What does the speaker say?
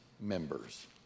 members